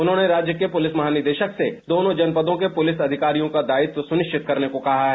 उन्होंने राज्य के पुलिस महानिदेशक से दोनों जनपदों के पुलिस अधिकारियों का दायित्व सुनिश्चित करने को कहा है